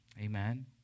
Amen